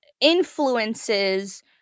influences